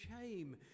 shame